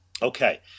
Okay